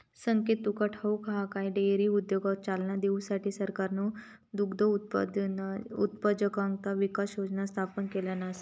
संकेत तुका ठाऊक हा काय, डेअरी उद्योगाक चालना देऊसाठी सरकारना दुग्धउद्योजकता विकास योजना स्थापन केल्यान आसा